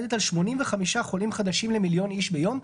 עומדת על 85 חולים חדשים למיליון איש ביום,